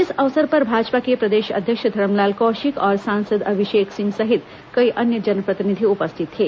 इस अवसर पर भाजपा के प्रदेश अध्यक्ष धरम लाल कौशिक और सांसद अभिषेक सिंह सहित कई अन्य जनप्रतिनिधि उपस्थित थे